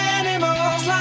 animals